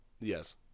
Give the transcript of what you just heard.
Yes